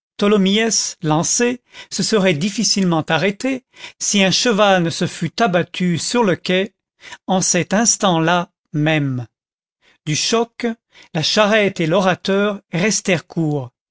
lancé se serait difficilement arrêté si un cheval ne se fût abattu sur le quai en cet instant-là même du choc la charrette et l'orateur restèrent court